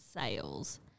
sales